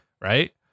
right